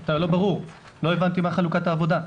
אתה לא ברור, לא הבנתי מה חלוקת העבודה?